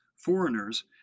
foreigners